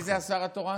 מי זה השר התורן?